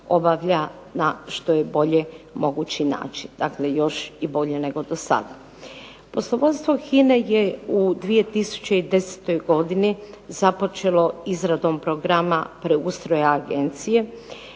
na što je bolje mogući način. Dakle, još i bolje nego dosada. Poslovodstvo HINA-e je u 2010. godini započelo izradom programa preustroja agencije